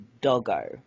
doggo